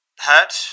hurt